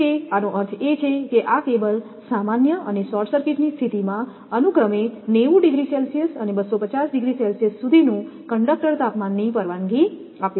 તેથી આનો અર્થ એ છે કે આ કેબલ સામાન્ય અને શોર્ટ સર્કિટની સ્થિતિમાં અનુક્રમે 90 ડિગ્રી સેલ્સિયસ અને 250 ડિગ્રી સેલ્સિયસ સુધીનું કંડકટર તાપમાનની પરવાનગી આપે છે